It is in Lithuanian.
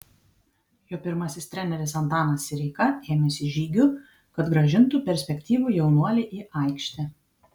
jo pirmasis treneris antanas sireika ėmėsi žygių kad grąžintų perspektyvų jaunuolį į aikštę